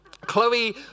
Chloe